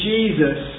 Jesus